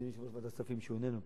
אדוני יושב-ראש ועדת הכספים, שאיננו פה,